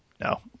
No